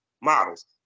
models